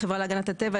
החברה להגנת הטבע,